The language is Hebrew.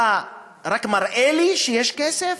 אתה רק מראה לי שיש כסף?